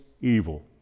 evil